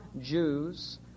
Jews